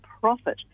profit